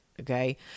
okay